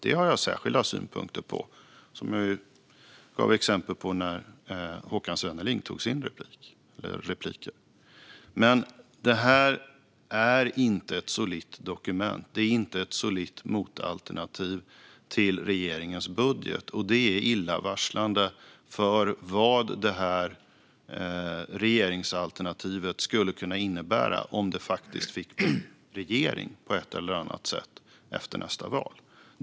Det har jag särskilda synpunkter på, som jag gav exempel på i replikskiftet med Håkan Svenneling. Men det här är inte ett solitt dokument. Det är inte ett solitt motalternativ till regeringens budget, och det är illavarslande för vad det här regeringsalternativet skulle kunna innebära om man på ett eller annat sätt faktiskt hamnar i regeringsställning efter nästa val.